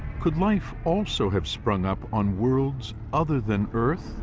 could life also have sprung up on worlds other than earth?